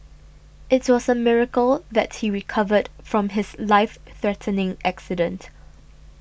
it was a miracle that he recovered from his life threatening accident